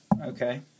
Okay